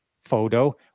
photo